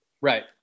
Right